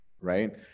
right